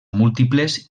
múltiples